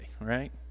right